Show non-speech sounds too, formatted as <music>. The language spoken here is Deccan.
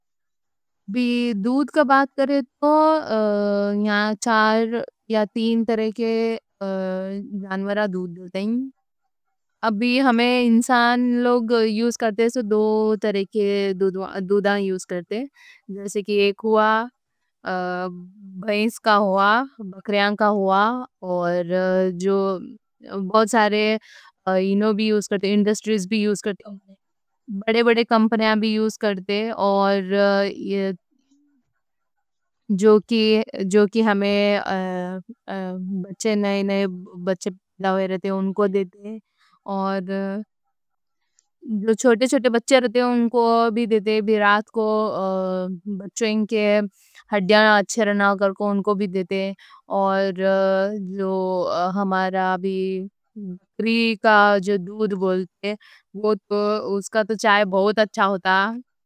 دودھ کا بات کریں تو <hesitation> یہاں چار یا <hesitation> تین طرح کے جانوراں دودھ دیتے ہیں اب بھی ہمیں انسان لوگ یوز کرتے ہیں، تو دو طرح کے <hesitation> دودھاں یوز کرتے ہیں جیسے کہ ایک ہو <hesitation> بھینس کا، کا ہو بکری کا اور بہت سارے انو بھی یوز کرتے ہیں، انڈسٹریز بھی یوز کرتے ہیں، بڑے بڑے کمپنیاں بھی یوز کرتے ہیں اور <hesitation> جو کی <hesitation> ہمیں نئے نئے بچے پیدا ہوئے رہتے، ان کو ان کو بھی دیتے ہیں جو چھوٹے چھوٹے بچے رہتے، ان کو بھی دیتے ہیں جو رات کو بچوں کے ہڈیاں اچھے رہنے، ان کو بھی دیتے ہیں بھی <hesitation> بکری کا جو دودھ بولتے ہیں وہ تو اس کا تو چائے بہت اچھا ہوتا ہے